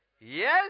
Yes